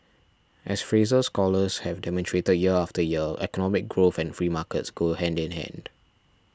as Fraser scholars have demonstrated year after year economic growth and free markets go hand in hand